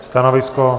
Stanovisko?